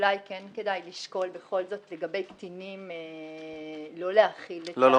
אולי כן כדאי לשקול בכל זאת לגבי קטינים לא להחיל --- לא,